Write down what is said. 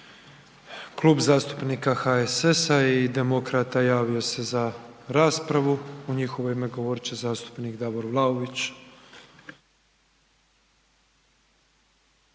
Klub zastupnika HSS-a i Demokrata javio se za raspravu. U njihovo ime govorit će zastupnik Davor Vlaović.